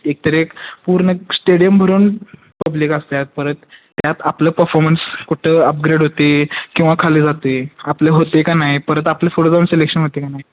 एकतर एक पूर्ण स्टेडियम भरून पब्लिक असतात परत त्यात आपलं परफॉर्मन्स कुठं अपग्रेड होते किंवा खाली जाते आपले होते का नाही परत आपलं पुढं जाऊन सिलेक्शन होते का नाही